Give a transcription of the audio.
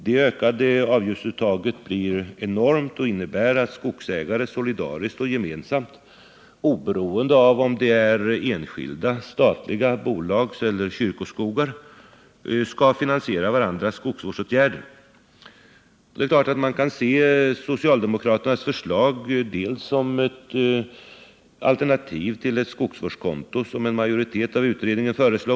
Det ökade avgiftsuttaget blir enormt och innebär att skogsägare solidariskt och gemensamt, oberoende av om det är enskilda, statliga, bolagseller kyrkoskogar, skall finansiera varandras skogsvårdsåtgärder. Det är klart att man kan se socialdemokraternas förslag som ett alternativ till ett skogsvårdskonto, som en majoritet av utredningen föreslog.